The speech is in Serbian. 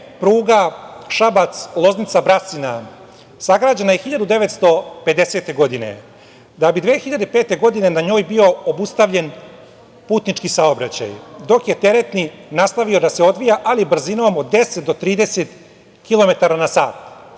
pruga Šabac-Loznica-Brasina sagrađena je 1950. godine, da bi 2005. godine na njoj bio obustavljen putnički saobraćaj, dok je teretni nastavio da se odvija, ali brzinom od 10 do 30 kilometara